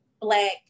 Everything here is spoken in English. black